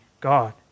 God